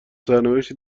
سرنوشتی